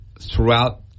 throughout